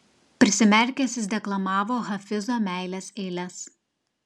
prisimerkęs jis deklamavo hafizo meilės eiles